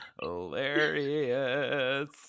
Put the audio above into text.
Hilarious